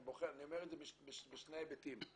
אני אומר את זה בשני היבטים.